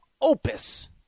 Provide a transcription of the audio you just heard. Opus